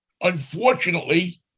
unfortunately